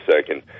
second